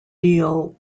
deal